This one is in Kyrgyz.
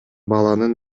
баланын